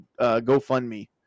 GoFundMe